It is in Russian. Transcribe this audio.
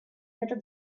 этот